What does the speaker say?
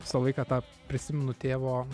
visą laiką tą prisimenu tėvo